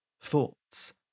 thoughts